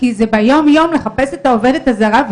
כי זה ביום יום לחפש את העובדת הזרה,